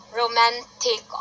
romantic